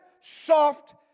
soft